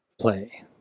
play